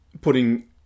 putting